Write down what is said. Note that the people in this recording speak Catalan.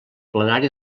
plenari